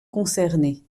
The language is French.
concernée